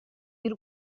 y’u